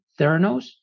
Theranos